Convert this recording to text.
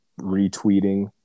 retweeting